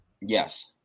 Yes